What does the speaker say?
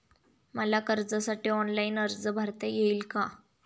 मला कर्जासाठी ऑनलाइन अर्ज भरता येईल का?